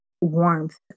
warmth